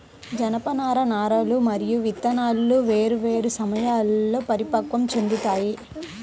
జనపనార నారలు మరియు విత్తనాలు వేర్వేరు సమయాల్లో పరిపక్వం చెందుతాయి